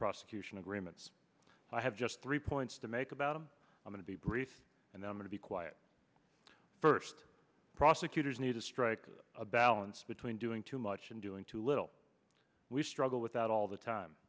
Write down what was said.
prosecution agreements i have just three points to make about i'm going to be brief and i'm going to be quiet first prosecutors need to strike a balance between doing too much and doing too little we struggle with out all the time